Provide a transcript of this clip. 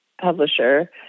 publisher